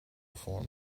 before